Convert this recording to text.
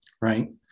Right